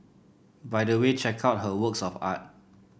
by the way check out her works of art